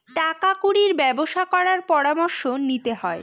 টাকা কুড়ির ব্যবসা করার পরামর্শ নিতে হয়